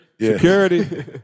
Security